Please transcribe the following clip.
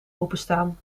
openstaan